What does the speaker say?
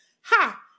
Ha